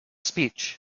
speech